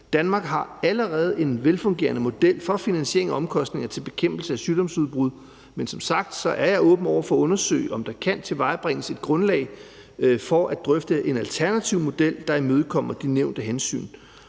Danmark har allerede en velfungerende model for finansiering af omkostninger til bekæmpelse af sygdomsudbrud, men som sagt er jeg åben over for at undersøge, om der kan tilvejebringes et grundlag for at drøfte en alternativ model, der imødekommer de nævnte hensyn,